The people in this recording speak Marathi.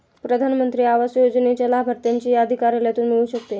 प्रधान मंत्री आवास योजनेच्या लाभार्थ्यांची यादी कार्यालयातून मिळू शकते